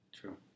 True